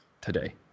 today